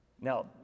Now